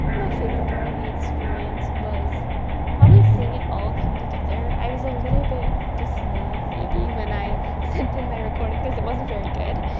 my favorite part of the experience was probably seeing it all come together. i was a little bit dismayed maybe when i sent in my recording cause it wasn't very good.